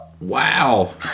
Wow